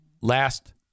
Last